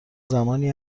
زمانی